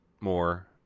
more